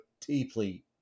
deeply